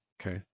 Okay